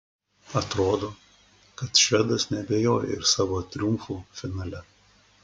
atrodo kad švedas neabejoja ir savo triumfu finale